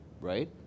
right